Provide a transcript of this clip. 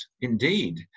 indeed